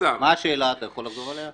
מה השאלה, אתה יכול לחזור עליה?